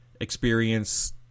experience